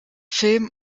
film